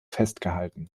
festgehalten